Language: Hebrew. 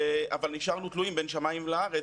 אבל נשארנו תלויים בין שמיים לארץ